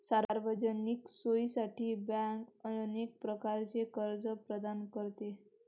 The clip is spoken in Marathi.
सार्वजनिक सोयीसाठी बँक अनेक प्रकारचे कर्ज प्रदान करते